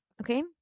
okay